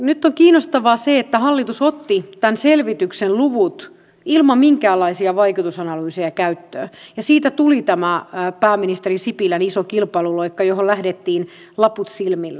nyt on kiinnostavaa se että hallitus otti tämän selvityksen luvut ilman minkäänlaisia vaikutusanalyyseja käyttöön ja siitä tuli tämä pääministeri sipilän iso kilpailuloikka johon lähdettiin laput silmillä